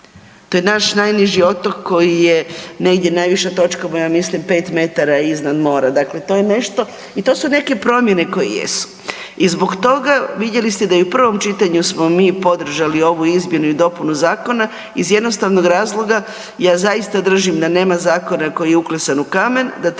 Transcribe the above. To je naš najniži otok koji je negdje najviša točka mu je ja mislim 5 metara iznad mora. Dakle, to je nešto i to su neke promjene koje jesu. I zbog toga vidjeli ste da i u prvom čitanju smo mi podržali ovu izmjenu i dopunu zakona iz jednostavnog razloga, ja zaista držim da nema zakona koji je uklesan u kamen, da treba